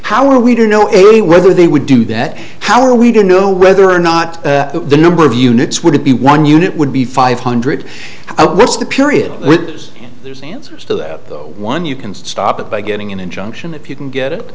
how we don't know whether they would do that how are we don't know whether or not the number of units would be one unit would be five hundred what's the period there's answers to that one you can stop it by getting an injunction if you can get it